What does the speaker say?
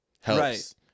helps